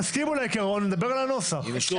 תסכימו לעיקרון ונדבר על הנוסח.